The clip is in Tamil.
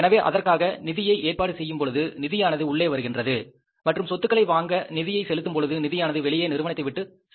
எனவே அதற்கான நிதியை ஏற்பாடு செய்யும் பொழுது நிதியானது உள்ளே வருகின்றது மற்றும் சொத்துக்களை வாங்க நிதியை செலுத்தும் பொழுது நிதியானது வெளியே நிறுவனத்தை விட்டு செல்கின்றது சரியா